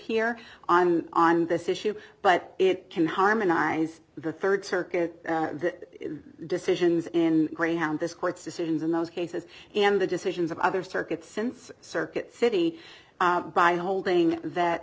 here on this issue but it can harmonize the third circuit that decisions in greyhound this court's decisions in those cases and the decisions of other circuit since circuit city by holding that